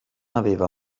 aveva